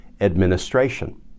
administration